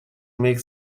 make